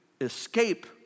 escape